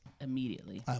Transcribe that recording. immediately